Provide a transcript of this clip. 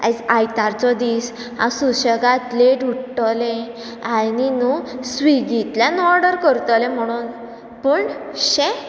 आयज आयतारचो दीस हांव सुशेगाद लेट उठ्ठलें आनी न्हू स्विगींतल्यान ऑर्डर करतलें म्हणून पूण शे